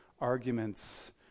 arguments